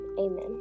amen